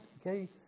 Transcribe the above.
okay